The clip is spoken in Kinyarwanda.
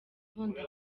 bundi